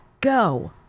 Go